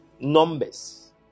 Numbers